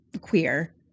queer